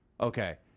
okay